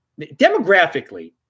demographically